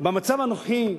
במצב הנוכחי,